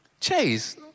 Chase